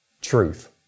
truth